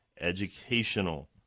educational